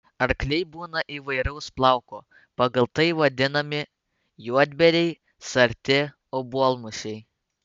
arkliai būna įvairaus plauko pagal tai vadinami juodbėriai sarti obuolmušiai